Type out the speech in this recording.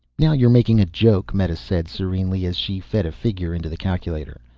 now you're making a joke, meta said serenely as she fed a figure into the calculator.